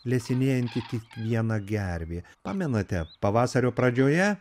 lesinėjanti tik viena gervė pamenate pavasario pradžioje